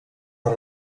per